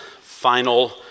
final